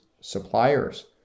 suppliers